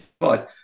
advice